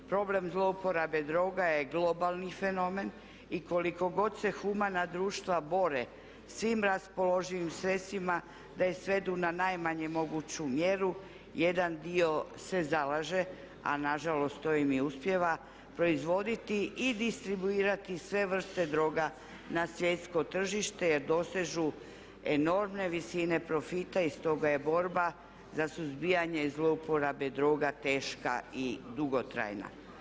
Problem zlouporabe droga je globalni fenomen i koliko god se humana društva bore svim raspoloživim sredstvima da je svedu na najmanje moguću mjeru jedan dio se zalaže ali nažalost to im i uspijeva proizvoditi i distribuirati sve vrste droga na svjetsko tržište jer dosežu enormne visine profita i stoga je borba za suzbijanje i zlouporabe droga teška i dugotrajna.